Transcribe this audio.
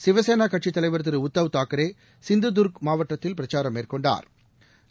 சிவசேனா கட்சி தலைவா் திரு உத்தவ் தாக்கரே சிந்து துர்க் மாவட்டத்தில் பிரச்சாரம் மேற்கொண்டாா்